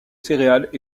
céréales